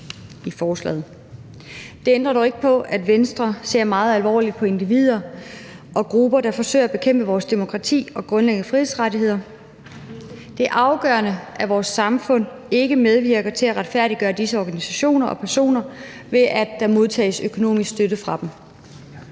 i forslaget. Det ændrer dog ikke på, at Venstre ser meget alvorligt på individer og grupper, der forsøger at bekæmpe vores demokrati og grundlæggende frihedsrettigheder. Det er afgørende, at vores samfund ikke medvirker til at retfærdiggøre disse organisationer og personer, ved at der modtages økonomisk støtte fra dem.